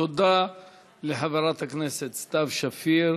תודה לחברת הכנסת סתיו שפיר.